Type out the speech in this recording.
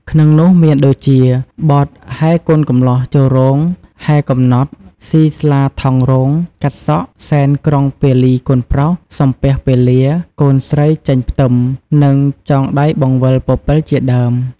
ក្នុងនោះមានដូចជា បទហែកូនកម្លោះចូលរោង ហែកំណត់ សុីស្លាថង់រង កាត់សក់ សែនក្រុងពាលីកូនប្រុស សំពះពេលា កូនស្រីចេញផ្ទឹម និងចងដៃបង្វិលពពិលជាដើម។